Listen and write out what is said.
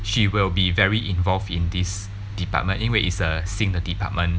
she will be very involved in this department 因为 is a 新的 department